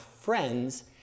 friends